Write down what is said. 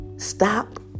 Stop